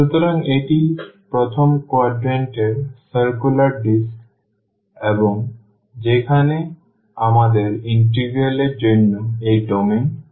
সুতরাং এটি প্রথম quadrant এর সার্কুলার ডিস্ক এবং যেখানে আমাদের ইন্টিগ্রাল এর জন্য এই ডোমেন রয়েছে